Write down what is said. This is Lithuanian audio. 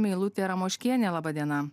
meilutė ramoškienė laba diena